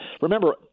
Remember